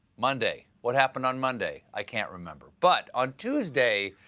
monday. what happened on monday? i can't remember. but, on tuesday,